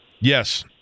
Yes